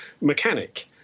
mechanic